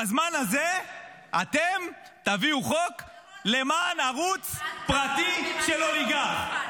בזמן הזה אתם תביאו חוק למען ערוץ פרטי של אוליגרך.